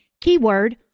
keyword